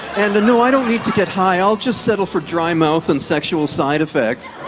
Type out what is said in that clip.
and no, i don't need to get high, i'll just settle for dry mouth and sexual side-effects.